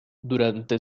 durante